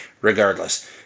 regardless